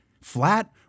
flat